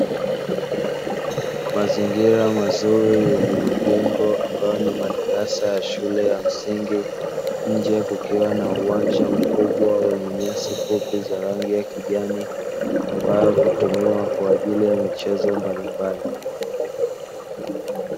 Mazingira mazuri yenye majengo ambayo ni madarasa ya shule ya msingi, nje kukiwa na uwanja mkubwa wenye nyasi fupi za rangi ya kijani, ambao hutumiwa kwa ajili ya michezo mbalimbali.